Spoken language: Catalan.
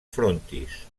frontis